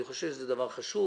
אני חושב שזה דבר חשוב.